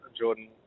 Jordan